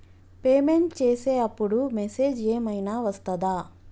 Payment చేసే అప్పుడు message ఏం ఐనా వస్తదా?